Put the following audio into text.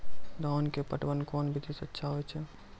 धान के पटवन कोन विधि सै अच्छा होय छै?